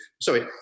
sorry